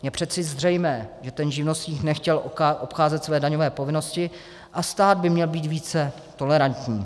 Je přece zřejmé, že ten živnostník nechtěl obcházet své daňové povinnosti, a stát by měl být více tolerantní.